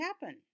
happen